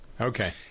Okay